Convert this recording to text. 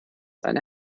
eine